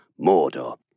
Mordor